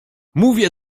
mówię